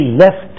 left